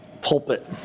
pulpit